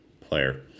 player